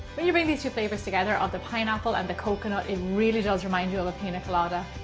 when you bring these two flavors together of the pineapple and the coconut it really does remind you of a pina colada.